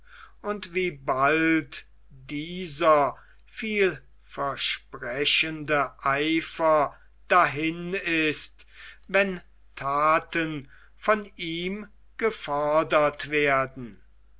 und wie bald dieser viel versprechende eifer dahin ist wenn thaten von ihm gefordert werden